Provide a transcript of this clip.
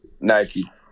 Nike